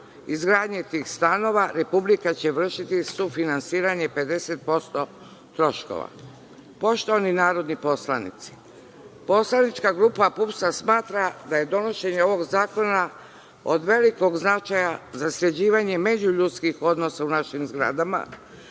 izgradnje tih stanova Republika će vršiti sufinansiranje 50% troškova. Poštovani narodni poslanici, poslanička grupa PUPS-a, smatra da je donošenje ovog zakona od velikog značaja za sređivanje međuljudskih odnosa u našim zgradama,